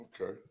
Okay